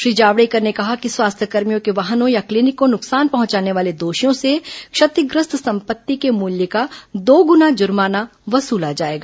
श्री जावड़ेकर ने कहा कि स्वास्थ्यकर्मियों के वाहनों या क्लीनिक को नुकसान पहुंचाने वाले दोषियों से क्षतिग्रस्त सम्पत्ति के मूल्य का दोगुना जुर्माना वसूला जाएगा